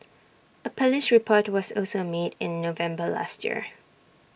A Police report was also made in November last year